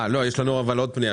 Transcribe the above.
הפנייה